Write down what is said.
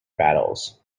battles